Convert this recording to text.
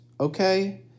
Okay